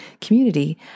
community